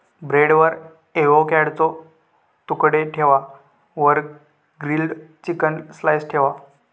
ब्रेडवर एवोकॅडोचे तुकडे ठेवा वर ग्रील्ड चिकन स्लाइस ठेवा